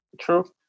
True